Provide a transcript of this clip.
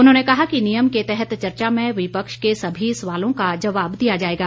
उन्होंने कहा कि नियम के तहत चर्चा में विपक्ष के सभी सवालों का जवाब दिया जाएगा